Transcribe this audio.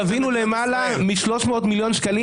גבינו למעלה מ-300,000,000 שקלים,